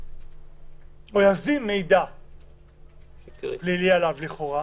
מידע פלילי לכאורה